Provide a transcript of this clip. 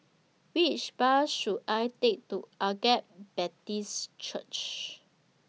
Which Bus should I Take to Agape Baptist Church